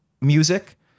music